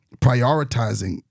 prioritizing